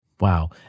Wow